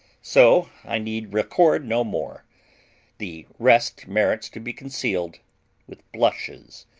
so i need record no more the rest merits to be concealed with blushes,